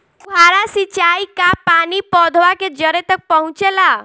फुहारा सिंचाई का पानी पौधवा के जड़े तक पहुचे ला?